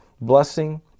blessing